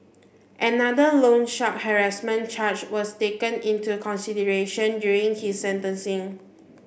another loan shark harassment charge was taken into consideration during his sentencing